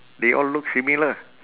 they all look similar